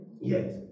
Yes